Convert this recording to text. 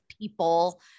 people